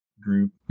group